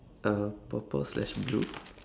uh purple slash blue